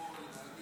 אדוני